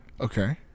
Okay